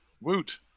Woot